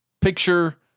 Picture